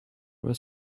was